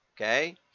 okay